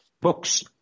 books